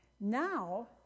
Now